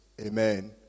Amen